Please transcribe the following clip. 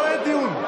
לא לדיון.